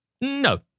No